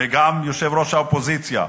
וגם יושב-ראש האופוזיציה,